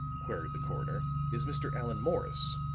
queried the coroner, is mr. allan morris?